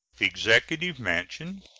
executive mansion,